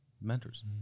mentors